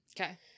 Okay